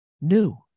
new